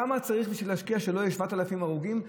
כמה צריך להשקיע בשביל שלא יהיו 7,000 הרוגים?